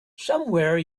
somewhere